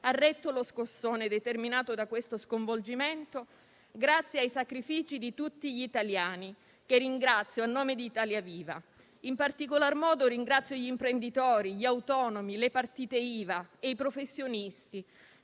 retto lo scossone determinato da questo sconvolgimento grazie ai sacrifici di tutti gli italiani, che ringrazio a nome di Italia Viva. In particolar modo, ringrazio gli imprenditori, gli autonomi, le partite IVA e i professionisti